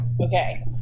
okay